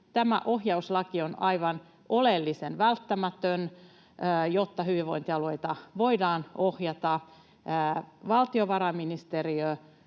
Tämä ohjauslaki on aivan oleellisen välttämätön, jotta hyvinvointialueita voidaan ohjata valtiovarainministeriön,